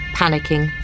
panicking